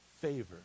favor